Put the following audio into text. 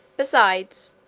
besides,